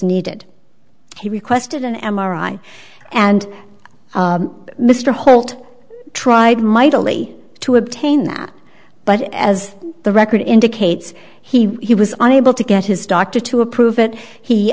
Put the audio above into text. needed he requested an m r i and mr holt tried mightily to obtain that but as the record indicates he was unable to get his doctor to approve it